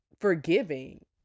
forgiving